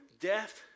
death